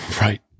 right